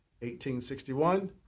1861